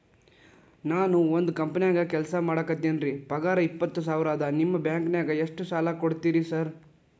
ನಾನ ಒಂದ್ ಕಂಪನ್ಯಾಗ ಕೆಲ್ಸ ಮಾಡಾಕತೇನಿರಿ ಪಗಾರ ಇಪ್ಪತ್ತ ಸಾವಿರ ಅದಾ ನಿಮ್ಮ ಬ್ಯಾಂಕಿನಾಗ ಎಷ್ಟ ಸಾಲ ಕೊಡ್ತೇರಿ ಸಾರ್?